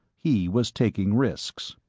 he was taking risks.